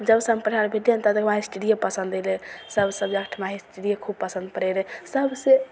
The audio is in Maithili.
जबसे हम पढ़ै ले बैठिए ने तबसे हमरा हिस्ट्रिए पसन्द अएलै सब सबजेक्टमे हिस्ट्रिए खूब पसन्द पड़ै रहै सबसे